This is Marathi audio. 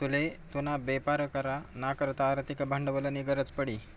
तुले तुना बेपार करा ना करता आर्थिक भांडवलनी गरज पडी